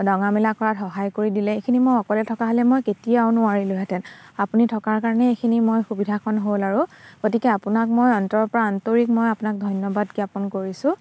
দঙা মেলা কৰাত সহায় কৰি দিলে এইখিনি মই অকলে থকা হ'লে মই কেতিয়াও নোৱাৰিলোহেঁতেন আপুনি থকাৰ কাৰণে এইখিনি মই সুবিধাকণ হ'ল আৰু গতিকে আপোনাক মই অন্তৰৰপৰা আন্তৰিক মই আপোনাক ধন্যবাদ জ্ঞাপন কৰিছোঁ